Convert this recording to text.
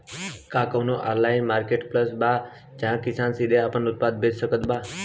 का कउनों online marketplace बा जहां किसान सीधे आपन उत्पाद बेच सकत बा?